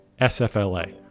SFLA